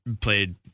played